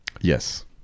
Yes